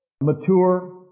mature